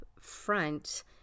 front